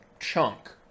chunk